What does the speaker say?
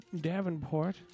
Davenport